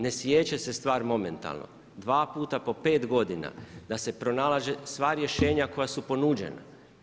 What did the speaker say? Ne siječe se stvar momentalno, dva puta po pet godina da se pronalaze sva rješenja koja su ponuđena.